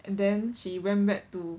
and then she went back to